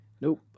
Nope